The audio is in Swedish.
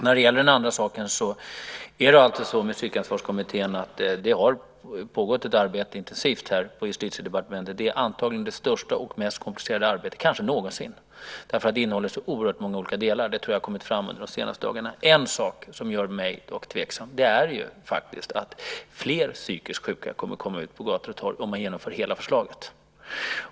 När det gäller den andra saken har det med Psykansvarskommittén pågått ett intensivt arbete på Justitiedepartementet. Det är antagligen det största och mest komplicerade arbetet någonsin. Det innehåller så oerhört många olika delar. Det tror jag har kommit fram under de senaste dagarna. En sak som dock gör mig tveksam är att fler psykiskt sjuka kommer att komma ut på gator och torg om man genomför hela förslaget.